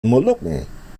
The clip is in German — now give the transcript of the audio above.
molukken